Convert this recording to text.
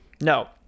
no